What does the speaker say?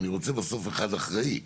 אני רוצה בסוף אחד אחראי.